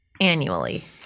annually